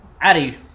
addy